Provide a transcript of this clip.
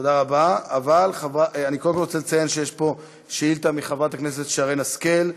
אני רוצה לציין שיש פה שתי שאילתות של חברת הכנסת שרן השכל,